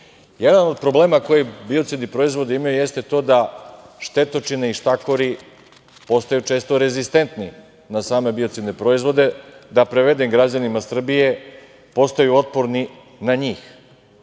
od problema koji biocidni proizvodi imaju jeste to da štetočine i štakori postaju često rezistentni na same biocidne proizvede. Da prevedem građanima Srbije, postaju otporni na njih,